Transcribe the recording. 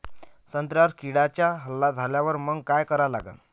संत्र्यावर किड्यांचा हल्ला झाल्यावर मंग काय करा लागन?